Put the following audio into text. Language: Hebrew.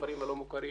בכפרים הלא מוכרים,